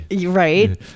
Right